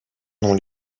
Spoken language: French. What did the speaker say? n’ont